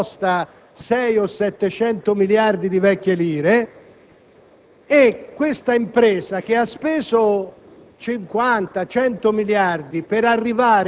(perché un termovalorizzatore costa 6-700 miliardi di vecchie lire). A tali imprese, che hanno speso